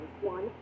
One